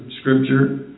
scripture